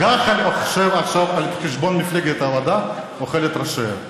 גח"ל, עכשיו, על חשבון מפלגת העבודה אוכלת ראשיה,